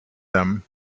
them